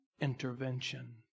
intervention